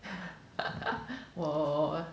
我